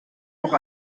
auch